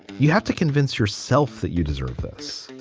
you have to convince yourself that you deserve this.